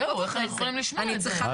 זהו, איך אנחנו יכולים לשמוע את זה?